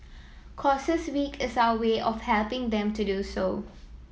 causes Week is our way of helping them to do so